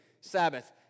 Sabbath